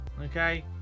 Okay